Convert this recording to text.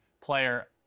player